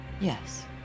Yes